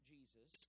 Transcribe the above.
Jesus